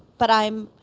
but i'm